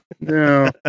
no